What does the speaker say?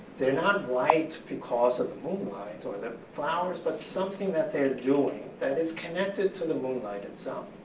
they're not white because of the moonlight, or the flowers, but something that they're doing that is connected to the moonlight itself.